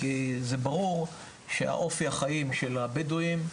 כי זה ברור שאופי החיים של הבדואים,